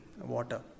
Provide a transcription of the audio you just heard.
water